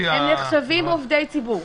הם נחשבים עובדי ציבור.